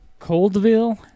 Coldville